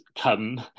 come